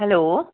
hello